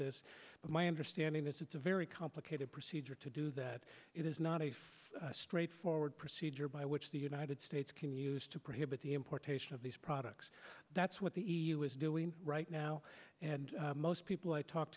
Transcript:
this but my understanding is it's a very complicated procedure to do that it is not a straightforward procedure by which the united states can use to prohibit the importation of these products that's what the e u is doing right now and most people i talk